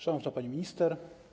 Szanowna Pani Minister!